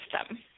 system